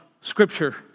Scripture